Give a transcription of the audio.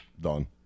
Done